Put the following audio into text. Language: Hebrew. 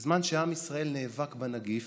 בזמן שעם ישראל נאבק בנגיף,